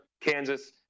Kansas